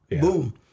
Boom